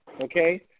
Okay